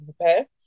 prepare